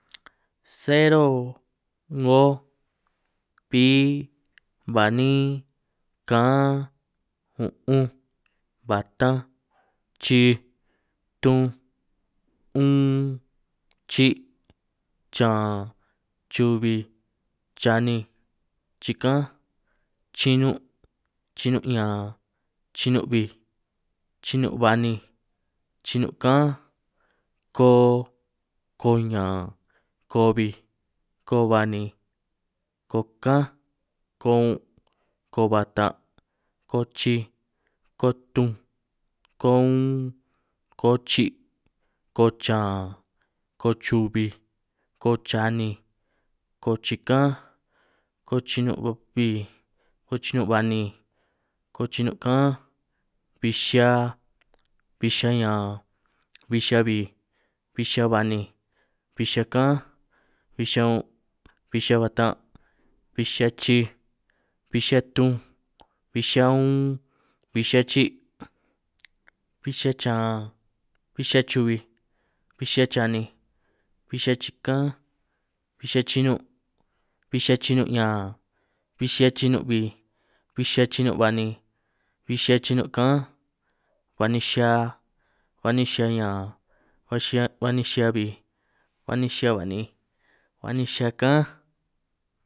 Cero, 'ngoj, bij, ba'nin, kaan, un'unj. batanj, chij, tunj, 'un, chi', chan, chubij, chaninj, chikaanj, chinun', chinun ñan, chinun bij, chinun' ba'ninj, chinun' kaanj, ko, ko ñan, ko bij, ko ba'ninj, ko kaanj, ko un', ko batan', ko chij, ko tunj, ko uun, ko chi', ko chan, ko chubij, ko cha'ninj, ko chikaanj, ko chinun' bij, ko yinun' baninj, ko chinun' kaanj, bij xia, bij xia ñan, bij xihia bij, bij xia ba'ninj, bij xihia kaanj, bij xia un', bij xihia batan', bij xia chij, bij xia tunj, bij xia uun, bij xia chi', bij xia chan, bij xia chubij, bij chaninj, bij xihia chikaanj, bij xia chinun', bij xia chinun ñan, bij xia chinun bij, bij xia chinun' ba'ninj, bij xia chinun' kaanj, ba'ninj xia, ba'nij xia ñan, ba'ninj xia, ba'ninj xia bij, ba'ninj xia ba'ninj, ba'ninj xia kaanj.